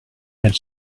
had